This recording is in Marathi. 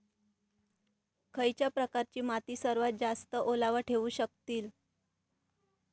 खयच्या प्रकारची माती सर्वात जास्त ओलावा ठेवू शकतली?